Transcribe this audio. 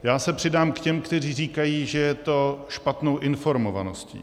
Já se přidám k těm, kteří říkají, že je to špatnou informovaností.